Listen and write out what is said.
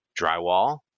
drywall